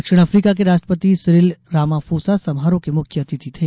दक्षिण अफ्रीका के राष्ट्रपति सिरिल रामाफोसा समारोह के मुख्य अतिथि थे